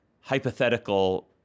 hypothetical